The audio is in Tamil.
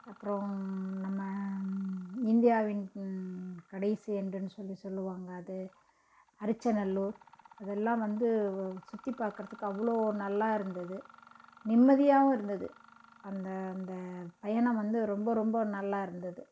அப்புறோம் நம்ம இந்தியாவின் கடைசி எண்டுன்னு சொல்லி சொல்லுவாங்க அது அரிச்சநல்லூர் அதெல்லாம் வந்து சுற்றி பார்க்கறத்துக்கு அவ்வளோ ஒரு நல்லா இருந்தது நிம்மதியாகவும் இருந்தது அந்த அந்த பயணம் வந்து ரொம்ப ரொம்ப நல்லாயிருந்துது